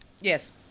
Yes